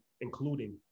including